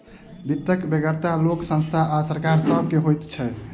वित्तक बेगरता लोक, संस्था आ सरकार सभ के होइत छै